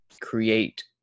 create